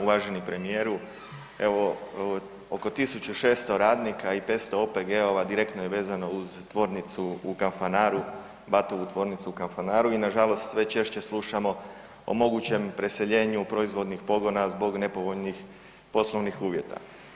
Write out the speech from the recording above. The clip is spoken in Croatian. Uvaženi premijeru evo oko 1.600 radnika i 500 OPG-ova direktno je vezano uz tvornicu u Kanfanaru, BAT-ovu tvornicu u Kanfanaru i nažalost sve češće slušamo o mogućem preseljenju proizvodnih pogona zbog nepovoljnih poslovnih uvjeta.